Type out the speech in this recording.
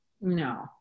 no